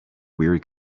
weary